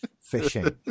fishing